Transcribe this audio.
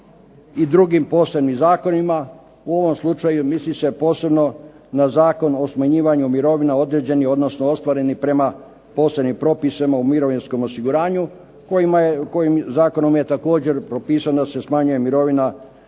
i drugim posebnim zakonima. U ovom slučaju misli se posebno na Zakon o smanjivanju mirovina određenih odnosno ostvarenih prema posebnim propisima u mirovinskom osiguranju. Zakonom je također propisano da se smanjuje mirovina